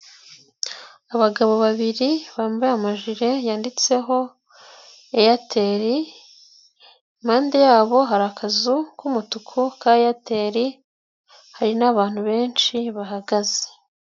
Abagabo babiri bambaye amajiri yanditseho Airtel, impande yabo hari akazu k'umutuku ka Airtel, hari n'abantu benshi bahagaze.